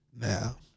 Now